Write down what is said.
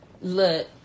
look